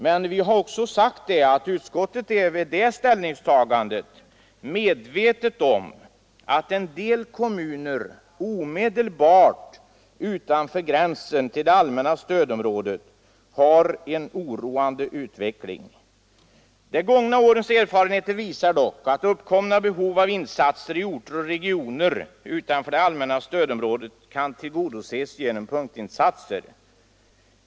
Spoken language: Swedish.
Men vi har också sagt: ”Utskottet är vid detta ställningstagande medvetet om att en del kommuner omedelbart utanför gränsen till det allmänna stödområdet haft en oroande utveckling. De gångna årens erfarenheter visar dock att uppkommande behov av insatser i orter och regioner utanför det allmänna stödområdet kan tillgodoses genom punktinsatser.